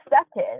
accepted